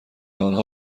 آنها